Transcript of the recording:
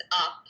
up